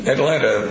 Atlanta